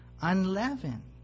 unleavened